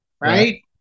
right